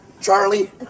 Charlie